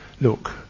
look